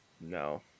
No